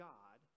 God